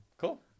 Cool